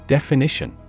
Definition